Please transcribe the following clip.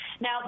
Now